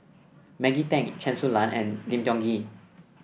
Maggie Teng Chen Su Lan and Lim Tiong Ghee